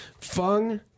Fung